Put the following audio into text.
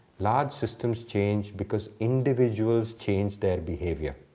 large systems change because individuals change their behavior